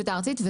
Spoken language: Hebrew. הארצית.